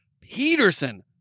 Peterson